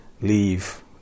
leave